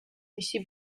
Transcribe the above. მისი